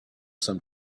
some